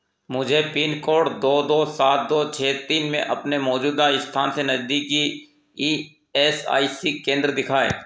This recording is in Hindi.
मुझे पिन कोड दो दो सात दो छः तीन में अपने मौजूदा स्थान से नज़दीकी ई एस आई सी केंद्र दिखाए